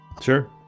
Sure